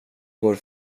går